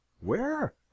Where